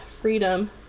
freedom